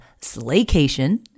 Slaycation